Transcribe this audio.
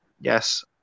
yes